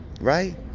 right